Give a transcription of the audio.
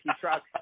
trucks